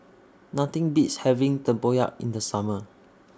Nothing Beats having Tempoyak in The Summer